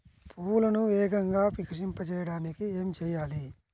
పువ్వులను వేగంగా వికసింపచేయటానికి ఏమి చేయాలి?